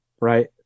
right